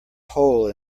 hole